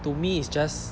to me it's just